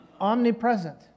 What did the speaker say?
Omnipresent